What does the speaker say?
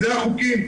אלה החוקים,